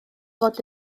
fod